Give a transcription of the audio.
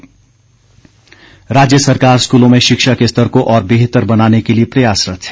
भारद्वाज राज्य सरकार स्कूलों में शिक्षा के स्तर को और बेहतर बनाने के लिए प्रयासरत्त है